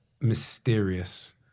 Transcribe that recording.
mysterious